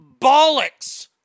bollocks